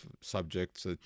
subjects